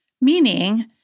meaning